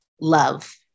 love